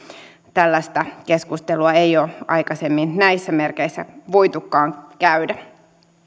tällaista keskustelua ei ole aikaisemmin näissä merkeissä voitukaan käydä